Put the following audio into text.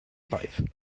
pipe